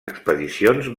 expedicions